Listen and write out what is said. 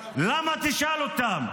למה תשאל אותם.